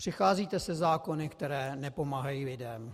Přicházíte se zákony, které nepomáhají lidem.